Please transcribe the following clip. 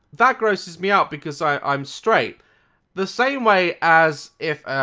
that grosses me out because i'm straight the same way as if.